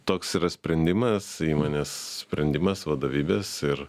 toks yra sprendimas įmonės sprendimas vadovybės ir